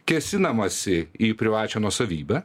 kėsinamasi į privačią nuosavybę